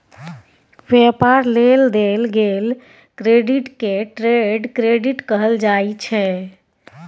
व्यापार लेल देल गेल क्रेडिट के ट्रेड क्रेडिट कहल जाइ छै